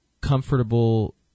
comfortable